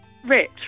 Rich